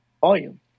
volume